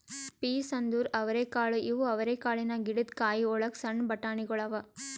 piece ಅಂದುರ್ ಅವರೆಕಾಳು ಇವು ಅವರೆಕಾಳಿನ ಗಿಡದ್ ಕಾಯಿ ಒಳಗ್ ಸಣ್ಣ ಬಟಾಣಿಗೊಳ್ ಅವಾ